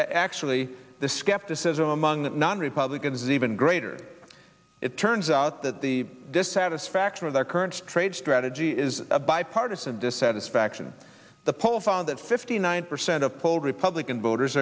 actually the skepticism among non republicans even greater it turns out that the dissatisfaction with the current trade strategy is a bipartisan dissatisfaction the poll found that fifty nine percent of polled republican voters